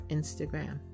Instagram